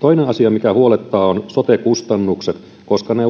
toinen asia mikä huolettaa on sote kustannukset koska ne